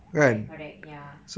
correct correct ya